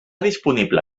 disponible